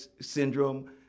syndrome